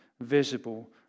visible